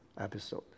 episode